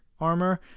armor